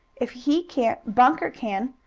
if he can't bunker can.